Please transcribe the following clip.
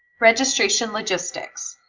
registration logistics